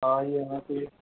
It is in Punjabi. ਹਾਂਜੀ ਹਾਂਜੀ